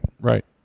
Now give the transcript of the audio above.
Right